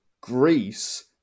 Greece